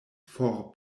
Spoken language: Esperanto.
for